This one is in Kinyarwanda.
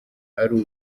ari